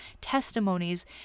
testimonies